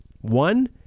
one